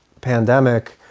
pandemic